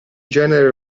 genere